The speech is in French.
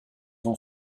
ont